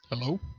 Hello